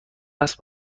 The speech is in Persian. است